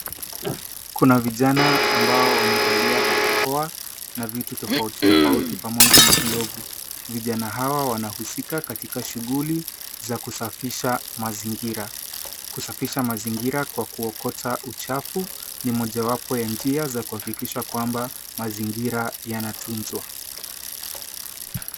Kuna vijana ambao wamevalia barakoa na vitu tofautitofauti pamoja glovu. Vijana hawa wanahusika katika shughuli za kusafisha mazingira. Kusafisha mazingira kwa kuokota uchafu ni mojawapo ya njia za kuhakikisha kwamba mazingira yanatunzwa.